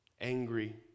angry